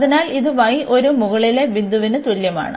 അതിനാൽ ഇത് y ഒരു മുകളിലെ ബിന്ദുവിന് തുല്യമാണ്